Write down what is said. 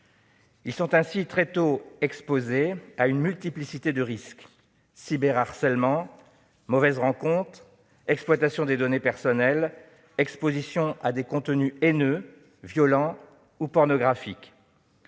Ils sont ainsi exposés très tôt à une multiplicité de risques : cyberharcèlement, mauvaises rencontres, exploitation des données personnelles, exposition à des contenus haineux, violents, pornographiques.